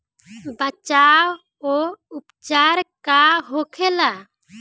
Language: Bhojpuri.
बचाव व उपचार का होखेला?